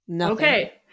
Okay